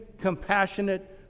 compassionate